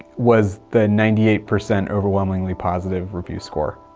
was the ninety eight percent overwhelmingly positive review score,